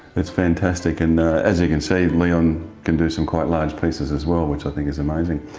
it's fantastic and as you can see leon can do some quite large pieces as well, which i think is amazing.